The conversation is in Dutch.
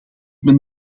men